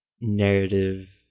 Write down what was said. narrative